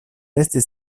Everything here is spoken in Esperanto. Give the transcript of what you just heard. estis